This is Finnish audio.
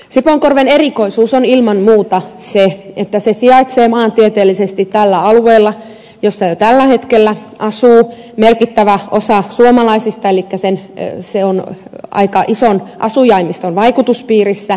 sipoonkorven erikoisuus on ilman muuta se että se sijaitsee maantieteellisesti tällä alueella jossa jo tällä hetkellä asuu merkittävä osa suomalaisista elikkä se on aika ison asujaimiston vaikutuspiirissä